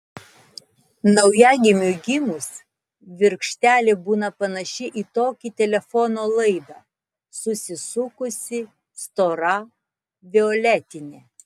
naujagimiui gimus virkštelė būna panaši į tokį telefono laidą susisukusi stora violetinė